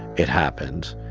it happened.